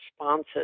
responses